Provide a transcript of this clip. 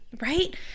right